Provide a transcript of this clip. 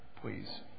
please